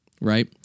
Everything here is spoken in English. right